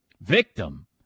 Victim